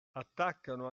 attaccano